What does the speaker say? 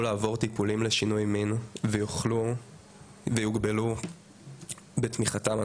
לעבור טיפולים לשינוי מין ויוגבלו בתמיכתם הנפשית.